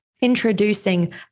introducing